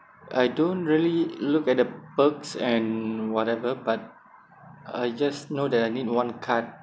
I don't really look at the perks and whatever but I just know that I need one card